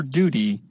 duty